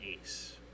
ace